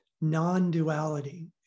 non-duality